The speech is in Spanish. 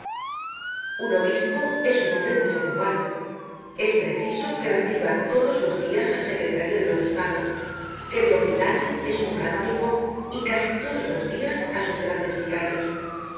un obispo es un hombre muy ocupado es preciso que reciba todos los dias al secretario del obispado que de ordinario es un canónigo y casi todos los dias á sus grandes vicarios